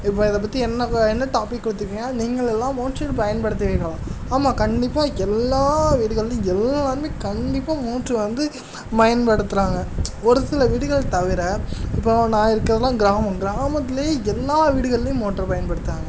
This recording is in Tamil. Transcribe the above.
இப்போ இதைப்பத்தி என்ன என்ன டாபிக் கொடுத்துருக்கீங்கன்னா நீங்கள் எல்லாம் மோட்ரு பயன்படுத்துவீர்களா ஆமாம் கண்டிப்பாக எல்லா வீடுகளிலும் எல்லாருமே கண்டிப்பாக மோட்ரு வந்து பயன்படுத்துகிறாங்க ஒரு சில வீடுகள் தவிர இப்போது நான் இருக்கிறதெல்லாம் கிராமம் கிராமத்திலையே எல்லா வீடுகளிலும் மோட்ரு பயன்படுத்துகிறாங்க